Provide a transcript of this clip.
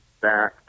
back